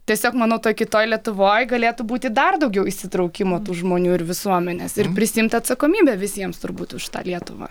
tiesiog manau toj kitoj lietuvoj galėtų būti dar daugiau įsitraukimo tų žmonių ir visuomenės prisiimt atsakomybę visiems turbūt už tą lietuvą